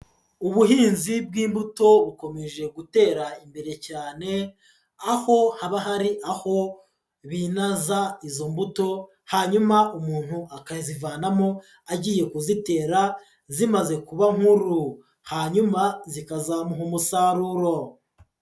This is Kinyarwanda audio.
Ubuhinzi bw'imbuto bukomeje gutera imbere cyane, aho haba hari aho binaza izo mbuto, hanyuma umuntu akazivanamo agiye kuzitera zimaze kuba nkuru, hanyuma zikazamuha umusaruro.